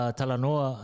talanoa